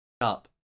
up